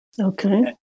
Okay